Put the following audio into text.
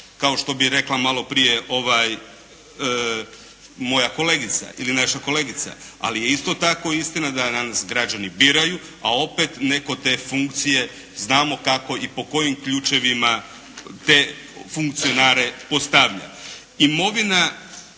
kao što bi rekla malo prije moja kolegica ili naša kolegica. Ali je isto tako istina da nas građani biraju, a opet netko te funkcije znamo kako i po kojim ključevima te funkcionare postavlja.